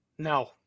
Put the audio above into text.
No